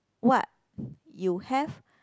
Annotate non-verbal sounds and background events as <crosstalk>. what <breath> you have